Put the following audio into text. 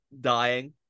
dying